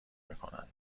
میکنن